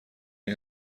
این